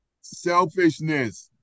Selfishness